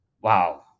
Wow